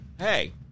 hey